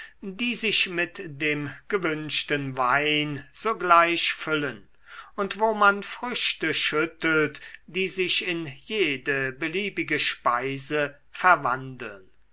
die sich mit dem gewünschten wein sogleich füllen und wo man früchte schüttelt die sich in jede beliebige speise verwandeln